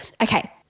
Okay